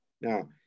Now